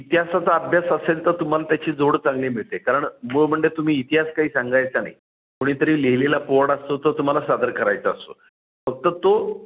इतिहासाचा अभ्यास असेल तर तुम्हाला त्याची जोड चांगली मिळते कारण मूळ म्हणजे तुम्ही इतिहास काही सांगायचा नाही कुणीतरी लिहिलेला पोवाडा असतो तो तुम्हाला सादर करायचा असतो फक्त तो